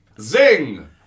Zing